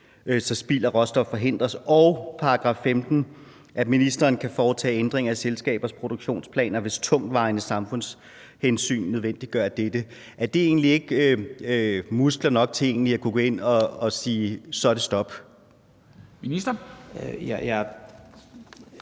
så spild af råstoffer forhindres, og § 15 om, at ministeren kan foretage ændringer af selskabers produktionsplaner, »hvis tungtvejende samfundshensyn nødvendiggør dette,« er det egentlig ikke muskler nok til at kunne gå ind og sige, at så er det stop? Kl.